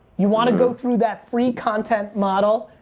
you wanna go through that free content model,